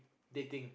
dating